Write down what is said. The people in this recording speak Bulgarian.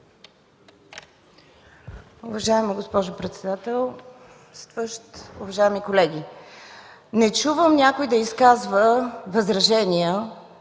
Уважаема госпожо председател, уважаеми колеги! Не чувам някой да изказва възражения